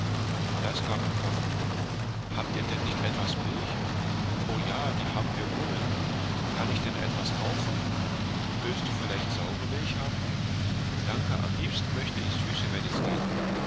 das gab mir hoffnung habt ihr denn nicht etwas milch o ja die haben wir wohl kann ich denn etwas kaufen willst du vielleicht saure milch haben danke am liebsten möchte ich süße wenn es geht